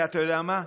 ואתה יודע מה,